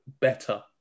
better